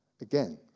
Again